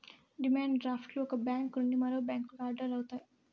demand draft లు ఒక bank నుండి మరో బ్యాంకుకి ఆర్డర్ అవుతాయి